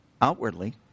outwardly